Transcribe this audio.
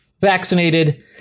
vaccinated